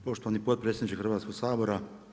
Poštovani potpredsjedniče Hrvatskoga sabora.